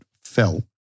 fell